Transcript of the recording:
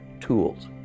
tools